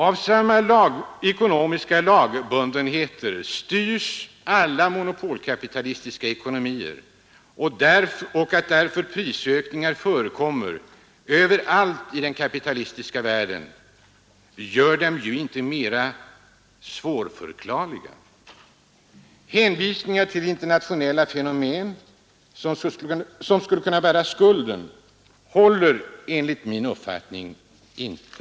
Att samma ekonomiska lagbundenheter styr alla monopolkapitalistiska ekonomier och att därför prisökningar förekommer överallt i den kapitalistiska världen gör dem inte mera svårförklarliga. Hänvisningar till internationella fenomen som skulle bära skulden håller enligt min uppfattning inte.